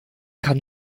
kann